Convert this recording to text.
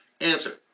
Answer